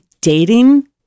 dating